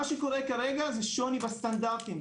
מה שקורה כרגע זה שוני בסטנדרטים.